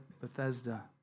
Bethesda